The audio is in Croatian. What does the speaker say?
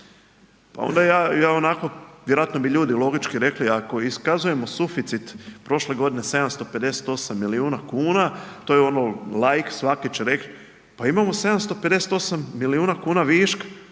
Pa onda ja onako, vjerojatno bi ljudi logički rekli ako iskazujemo suficit prošle godine 758 milijuna kuna, to je ono laik, svaki će reći pa imamo 758 milijuna kuna viška,